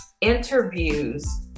interviews